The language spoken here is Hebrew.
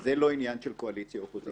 זה לא עניין של קואליציה ואופוזיציה.